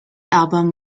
album